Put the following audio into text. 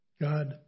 God